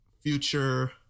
future